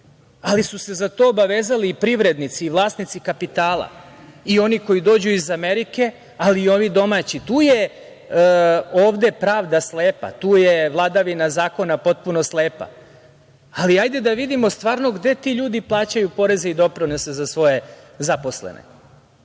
ali su se za to obavezali i privrednici i vlasnici kapitala i oni koji dođu iz Amerike, ali i ovi domaći, tu je pravda slepa, tu je vladavina zakona potpuno slepa, hajde da vidimo stvarno gde ti ljudi plaćaju poreze i doprinose za svoje zaposlene